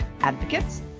advocates